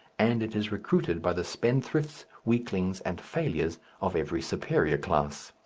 and it is recruited by the spendthrifts, weaklings, and failures of every superior class.